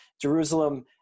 Jerusalem